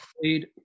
played